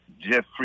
Jeffrey